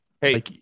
Hey